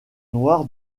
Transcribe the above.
noire